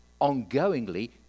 ongoingly